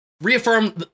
reaffirm